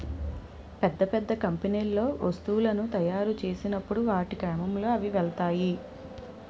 పెద్ద పెద్ద కంపెనీల్లో వస్తువులను తాయురు చేసినప్పుడు వాటి క్రమంలో అవి వెళ్తాయి